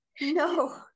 no